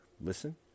listen